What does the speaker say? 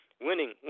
winning